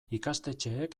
ikastetxeek